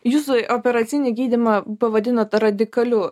jūs operacinį gydymą pavadinot radikaliu